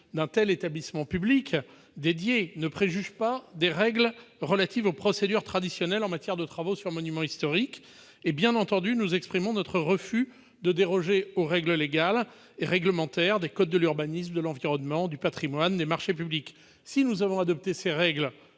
d'un tel établissement public dédié ne préjuge pas de l'application des règles relatives aux procédures traditionnelles en matière de travaux sur monuments historiques. Bien entendu, nous exprimons notre refus de déroger aux règles légales et réglementaires des codes de l'urbanisme, de l'environnement, du patrimoine et des marchés publics. Si nous avons adopté ces règles